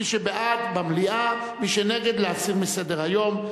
מי שבעד, במליאה, מי שנגד, להסיר מסדר-היום.